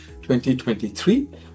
2023